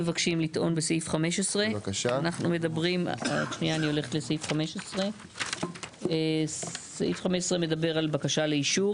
סעיף 15. סעיף 15 מדבר על בקשה לאישור.